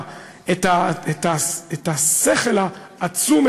את השכל העצום,